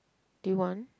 do you want